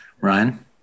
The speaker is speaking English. Ryan